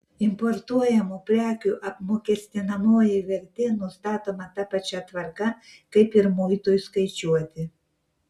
importuojamų prekių apmokestinamoji vertė nustatoma ta pačia tvarka kaip ir muitui skaičiuoti